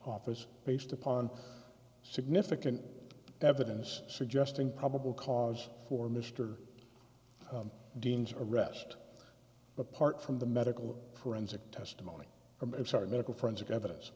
office based upon significant evidence suggesting probable cause for mister dean's arrest apart from the medical forensic testimony of sort of medical forensic evidence